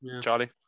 Charlie